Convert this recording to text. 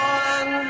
one